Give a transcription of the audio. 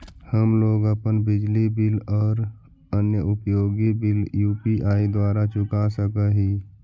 हम लोग अपन बिजली बिल और अन्य उपयोगि बिल यू.पी.आई द्वारा चुका सक ही